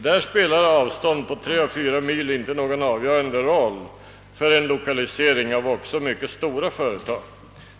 Där spelar avstånd på 3 å 4 mil inte någon avgörande roll för en lokalisering av också mycket stora företag.